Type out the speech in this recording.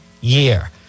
year